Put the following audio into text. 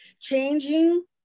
changing